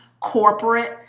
corporate